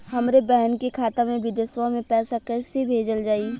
हमरे बहन के खाता मे विदेशवा मे पैसा कई से भेजल जाई?